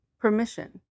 permission